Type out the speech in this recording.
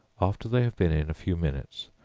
after they have been in a few minutes,